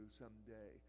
someday